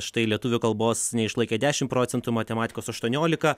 štai lietuvių kalbos neišlaikė dešim procentų matematikos aštuoniolika